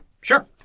Sure